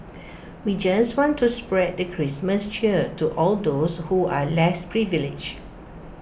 we just want to spread the Christmas cheer to all those who are less privileged